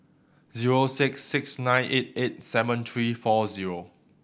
zero six six nine eight eight seven three four zero